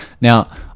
Now